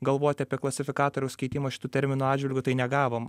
galvoti apie klasifikatoriaus keitimą šitų terminų atžvilgiu tai negavom